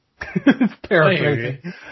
paraphrasing